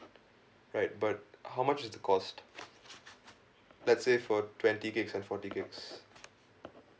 right but how much is the cost let's say for twenty gigs and forty gigs